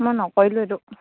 মই নকৰিলো এইটো